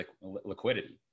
liquidity